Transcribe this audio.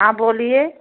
हाँ बोलिए